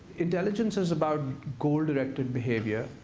intelligence is about goal-directed behavior.